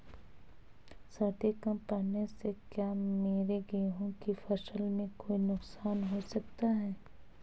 सर्दी कम पड़ने से क्या मेरे गेहूँ की फसल में कोई नुकसान हो सकता है?